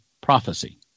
prophecy